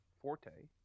forte